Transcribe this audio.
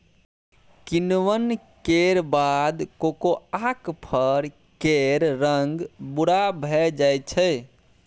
किण्वन केर बाद कोकोआक फर केर रंग भूरा भए जाइ छै